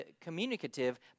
communicative